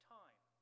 time